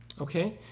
Okay